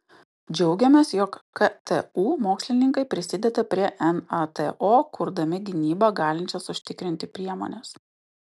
džiaugiamės jog ktu mokslininkai prisideda prie nato kurdami gynybą galinčias užtikrinti priemones